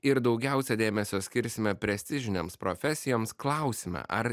ir daugiausia dėmesio skirsime prestižinėms profesijoms klausime ar